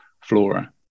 flora